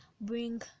bring